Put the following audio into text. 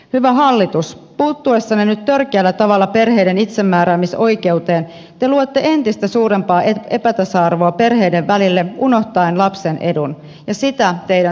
hyvä hallitus puuttuessanne nyt törkeällä tavalla perheiden itsemääräämisoikeuteen te luotte entistä suurempaa epätasa arvoa perheiden välille unohtaen lapsen edun ja sitä teidän sietäisi hävetä